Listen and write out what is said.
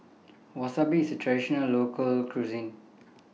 Wasabi IS A Traditional Local Cuisine